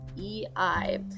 EI